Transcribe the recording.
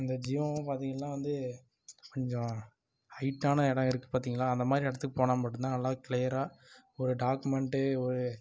இந்த ஜியோவும் பார்த்திங்கள்னா வந்து கொஞ்சம் ஹைட்டான இடோம் இருக்கு பார்த்திங்ளா அந்தமாதிரி இடத்துக்குப் போனால் மட்டும்தான் நல்லா கிளியராக ஒரு டாக்குமெண்ட்டு ஒரு